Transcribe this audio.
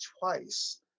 twice